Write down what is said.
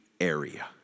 area